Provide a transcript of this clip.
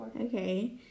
okay